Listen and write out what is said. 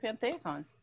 Pantheon